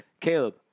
Caleb